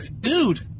Dude